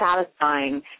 satisfying